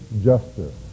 Justice